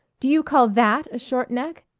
do you call that a short neck?